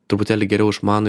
truputėlį geriau išmano